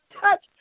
touch